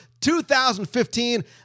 2015